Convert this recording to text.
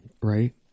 right